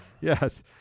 Yes